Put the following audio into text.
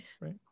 Right